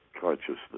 consciousness